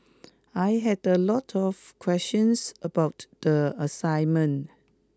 I had a lot of questions about the assignment